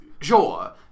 Sure